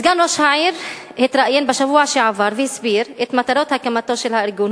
סגן ראש העיר התראיין בשבוע שעבר והסביר את מטרות הקמתו של הארגון.